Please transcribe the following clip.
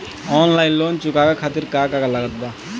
Online loan चुकावे खातिर का का लागत बा?